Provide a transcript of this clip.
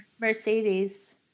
Mercedes